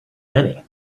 many